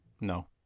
no